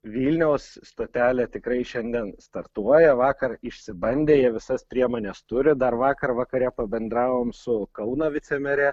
vilniaus stotelė tikrai šiandien startuoja vakar išsibandė jie visas priemones turi dar vakar vakare pabendravom su kauno vicemere